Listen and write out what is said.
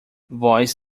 voz